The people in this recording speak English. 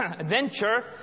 venture